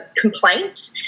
complaint